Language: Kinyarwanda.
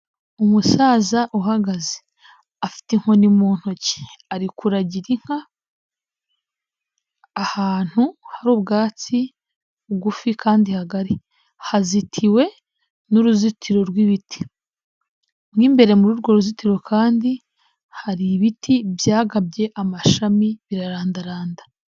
Umusaza uhagaze afite inkoni mu ntoki ari kuragira inka ahantu hari ubwatsi bugufi kandi hagari, hazitiwe n'uruzitiro rw'ibiti, mu imbere muri urwo ruzitiro kandi hari ibiti byagabye amashami birarandaranda.